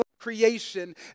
creation